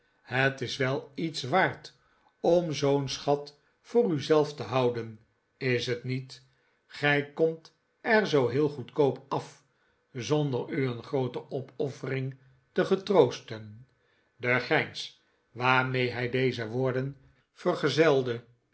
het is wel iets waard om zoo'n schat voor u zelf te houden is t niet gij komt er zoo heel goedkoop af zonder u een groote opoffering te getroosten de grijns waarmee hij deze woorden vergezelde